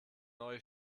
neue